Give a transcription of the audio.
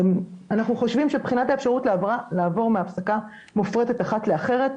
אנחנו חושבים שמבחינת האפשרות לעבור מהעסקה מופרטת אחת לאחרת,